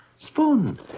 Spoon